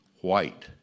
white